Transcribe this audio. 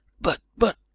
But—but—